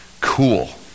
Cool